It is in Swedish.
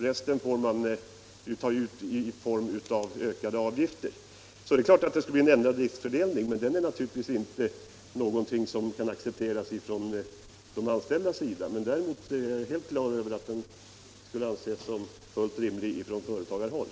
Resten får man ta ut i form av ökade avgifter. Det är klart att genomförandet av förslaget innebär en ändrad riskfördelning, men den kan naturligtvis inte accepteras av de anställda. Däremot skulle den — det är jag helt på det klara med — anses fullt rimlig på företagarhåll.